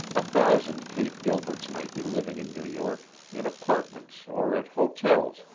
a thousand kate gilberts might be living in new york, in apartments or at hotels,